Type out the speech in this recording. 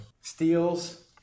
Steals